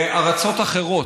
בארצות אחרות.